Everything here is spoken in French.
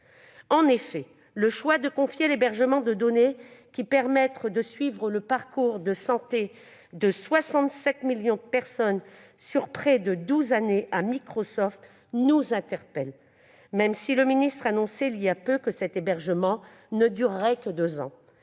En effet, le choix de confier à Microsoft l'hébergement de données permettant de suivre le parcours de santé de 67 millions de personnes sur près de douze années suscite des interrogations, même si le ministre annonçait il y a peu que cet hébergement ne durerait que deux ans,